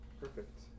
Perfect